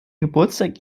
geburtstag